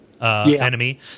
enemy